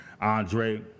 Andre